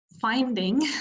finding